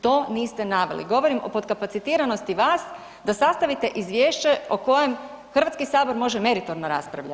To niste naveli, govorim o potkapacitiranosti vas da sastavite izvješće o kojem Hrvatski sabor može meritorno raspravljati.